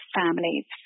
families